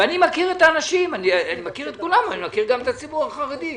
אני מכיר את האנשים, מכיר גם את ציבור החרדים.